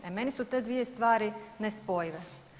E meni su te dvije stvari nespojive.